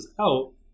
out